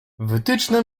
wytyczne